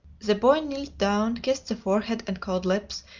the boy knelt down, kissed the forehead and cold lips,